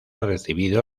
recibido